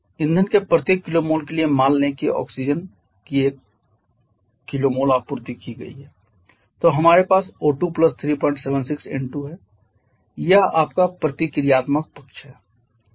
ईंधन के प्रत्येक kmol के लिए मान लें कि ऑक्सीजन की एक kmol आपूर्ति की गई है तो हमारे पास O2 376 N2 है यह आपका प्रतिक्रियात्मक पक्ष है